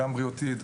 גם בריאותית,